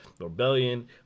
rebellion